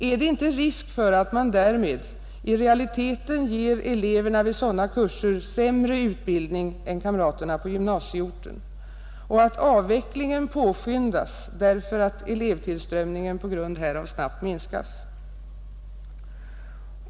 Är det inte risk för att man därmed i realiteten ger eleverna i sådana kurser sämre utbildning än kamraterna på gymnasieorten och att utvecklingen påskyndas därför att elevtillströmningen på grund härav snabbt minskar?